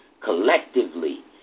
collectively